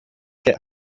get